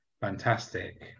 Fantastic